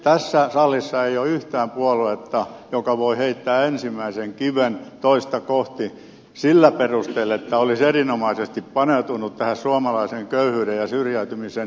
tässä salissa ei ole yhtään puoluetta joka voi heittää ensimmäisen kiven toista kohti sillä perusteella että olisi erinomaisesti paneutunut näihin suomalaisen köyhyyden ja syrjäytymisen syihin